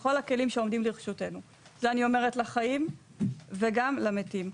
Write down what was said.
בכל הכלים שעומדים לרשותנו זה אני אומרת לחיים וגם למתים.